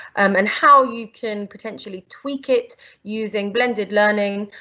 um and how you can potentially tweak it using blended learning,